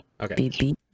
Okay